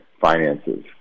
finances